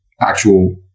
actual